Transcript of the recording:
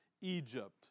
Egypt